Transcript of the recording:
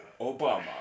Obama